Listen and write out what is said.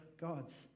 gods